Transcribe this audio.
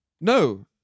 No